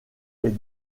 est